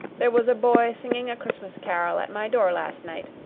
there was a boy singing a christmas carol at my door last night.